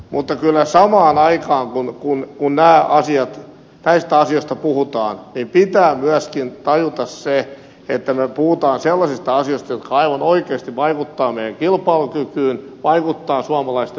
mutta kyllä samaan aikaan kun näistä asioista puhutaan pitää myöskin tajuta se että me puhumme sellaisista asioista jotka aivan oikeasti vaikuttavat meidän kilpailukykyymme vaikuttavat suomalaisten ostovoimaan